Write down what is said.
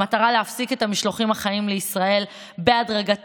במטרה להפסיק את המשלוחים החיים לישראל בהדרגתיות,